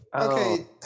okay